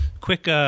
quick